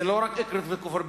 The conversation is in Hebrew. זה לא רק אקרית וכופר-בירעם,